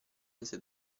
mese